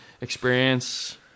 experience